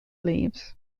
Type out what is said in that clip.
leaves